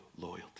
loyalty